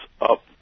up